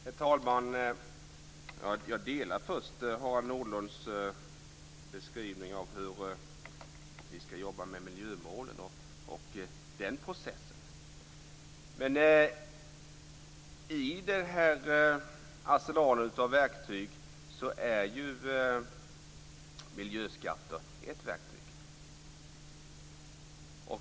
Herr talman! Jag delar Harald Nordlunds uppfattning om hur vi ska jobba med miljömålen och den processen. I den här arsenalen av verktyg är ju miljöskatter ett verktyg.